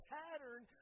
pattern